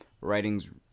Writing's